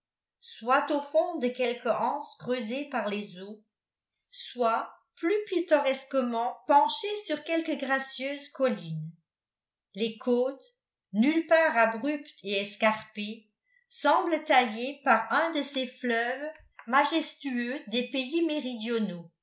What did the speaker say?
soit au fond de quelque anse creusée par les eaux soit plus pittoresquement penchés sur quelque gracieuse colline les côtes nulle part abruptes et escarpées semblent taillées pour un de ces fleuves majestueux des pays méridionaux